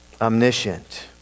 omniscient